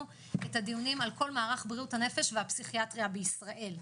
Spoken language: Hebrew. את הדיונים על כל מערך בריאות הנפש והפסיכיאטריה בישראל.